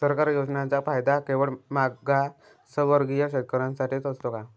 सरकारी योजनांचा फायदा केवळ मागासवर्गीय शेतकऱ्यांसाठीच असतो का?